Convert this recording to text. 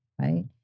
right